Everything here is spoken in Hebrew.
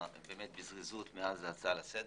ובזריזות - הצעה לסדר.